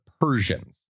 Persians